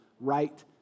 right